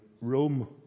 Rome